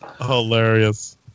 Hilarious